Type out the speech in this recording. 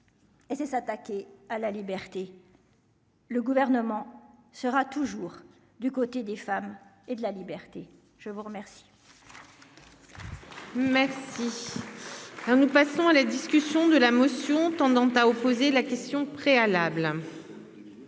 et c'est s'attaquer à la liberté. Le gouvernement sera toujours du côté des femmes et de la liberté, je vous remercie. Merci quand nous. Dans la discussion de la motion tendant à opposer la question préalable.